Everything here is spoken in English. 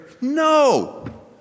no